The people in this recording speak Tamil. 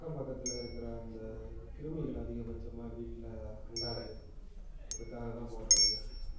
அக்கம் பக்கத்தில் இருக்கிற அந்த கிருமிகள் அதிகபட்சமாக வீட்டில் அண்டாது அதுக்காக தான் போடுறது